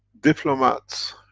diplomats,